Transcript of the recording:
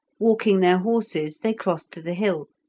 walking their horses they crossed to the hill,